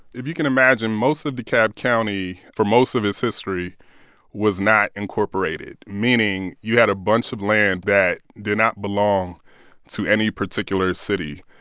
if you can imagine, most of dekalb county for most of its history was not incorporated, meaning you had a bunch of land that did not belong to any particular city.